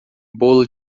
bolo